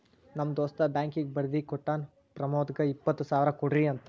ನಮ್ ದೋಸ್ತ ಬ್ಯಾಂಕೀಗಿ ಬರ್ದಿ ಕೋಟ್ಟಾನ್ ಪ್ರಮೋದ್ಗ ಇಪ್ಪತ್ ಸಾವಿರ ಕೊಡ್ರಿ ಅಂತ್